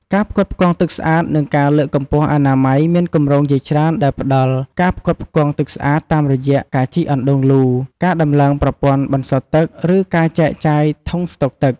ការផ្គត់ផ្គង់ទឹកស្អាត និងការលើកកម្ពស់អនាម័យ មានគម្រោងជាច្រើនដែលផ្ដល់ ការផ្គត់ផ្គង់ទឹកស្អាត តាមរយៈការជីកអណ្ដូងលូ ការដំឡើងប្រព័ន្ធបន្សុទ្ធទឹក ឬការចែកចាយធុងស្តុកទឹក។